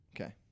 Okay